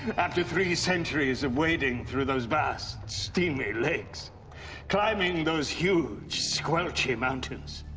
after three centuries of wading through those vast, steamy lakes climbing those huge, squelchy mountains.